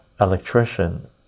electrician